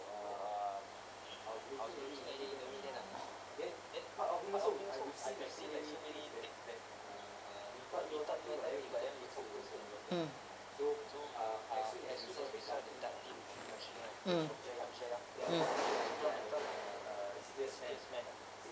mm mm mm